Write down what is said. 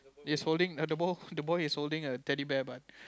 is holding err the boy the boy is holding a Teddy Bear but